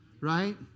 right